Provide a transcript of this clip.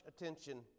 attention